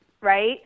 right